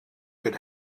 could